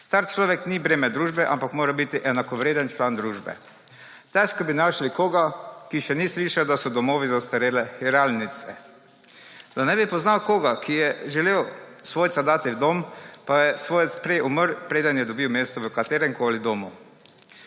Star človek ni breme družbe, ampak mora biti enakovreden član družbe. Težko bi našli koga, ki še ni slišal, da so domovi za ostarele / nerazumljivo/. Da ne bi poznal koga, ki je želel svojca dati v dom, pa je svojec prej umrl, preden je dobil mesto v kateremkoli domu.